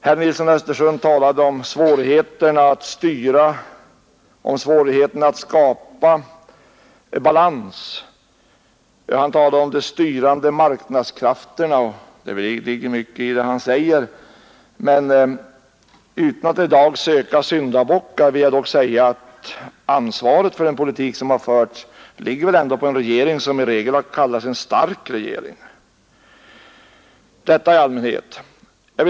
Herr Nilsson i Östersund talade om svårigheterna att skapa balans. Han talade om de styrande marknadskrafterna. Det ligger mycket i det han säger, men utan att i dag söka syndabockar vill jag säga att ansvaret för den politik som förts väl ändå ligger hos den regering som i regel har kallat sig för en stark regering. Detta i allmänhet.